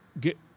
get